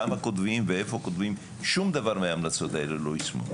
מה כותבים ואיפה כותבים שום דבר מההמלצות האלה לא יושם.